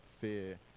fear